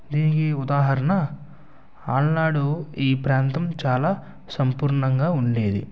దీనికి ఉదాహరణ ఆలనాడు ఈ ప్రాంతం చాలా సంపూర్ణంగా ఉండేది